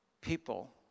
people